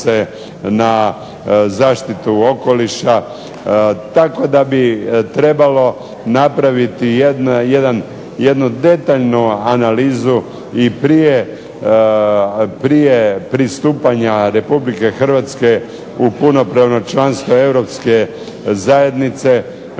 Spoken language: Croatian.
na zaštitu okoliša, tako da bi trebalo napraviti jednu detaljnu analizu i prije pristupanja Republike Hrvatske u punopravno članstvo Europske unije,